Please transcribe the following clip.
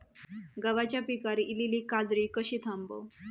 गव्हाच्या पिकार इलीली काजळी कशी थांबव?